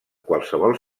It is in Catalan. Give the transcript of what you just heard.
qualsevol